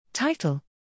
Title